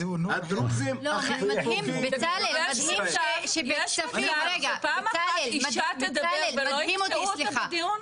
אי אפשר שפעם אחת אישה תדבר ולא יקטעו אותה בדיון?